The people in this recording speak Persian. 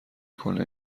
کنه